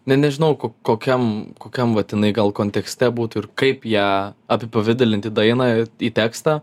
ne nežinau kok kokiam kokiam vat jinai gal kontekste būtų ir kaip ją apipavidalinti dainą į tekstą